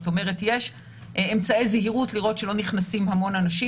יש אמצעי זהירות לראות שלא נכנסים המון אנשים